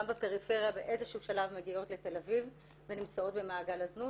בפריפריה ובאיזה שהוא שלב מגיעות לתל אביב ונמצאות ממעגל הזנות.